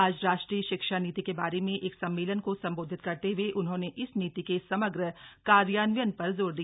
आज राष्ट्रीय शिक्षा नीति के बारे में एक सम्मेलन को संबोधित करते हुए उन्होंने इस नीति के समग्र कार्यान्वयन पर जोर दिया